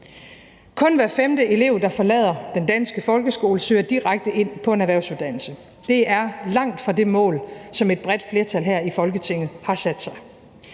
Kun hver femte elev, der forlader den danske folkeskole, søger direkte ind på en erhvervsuddannelse, og det er langt fra det mål, som et bredt flertal her i Folketinget har sat sig,